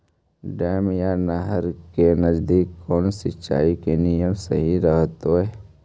Dam या नहर के नजदीक कौन सिंचाई के नियम सही रहतैय?